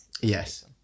Yes